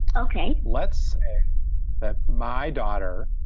ok, let's say that my daughter,